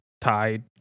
tied